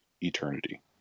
eternity